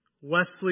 Wesley